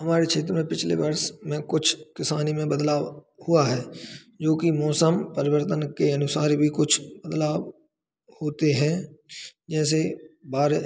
हमारे क्षेत्र में पिछले वर्ष में कुछ किसानी में बदलाव हुआ है जोकि मौसम परिवर्तन के अनुसार भी कुछ बदलाव होते हैं जैसे बार